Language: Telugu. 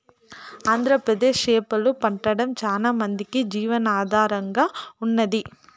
ఆంధ్రప్రదేశ్ చేపలు పట్టడం చానా మందికి జీవనాధారంగా ఉన్నాది